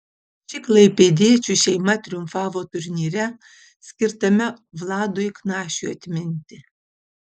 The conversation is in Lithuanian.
ši klaipėdiečių šeima triumfavo turnyre skirtame vladui knašiui atminti